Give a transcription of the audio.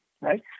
right